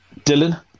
dylan